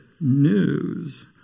news